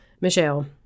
Michelle